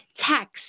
tax